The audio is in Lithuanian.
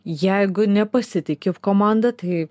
jeigu nepasitiki komanda tai